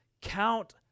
count